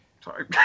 Sorry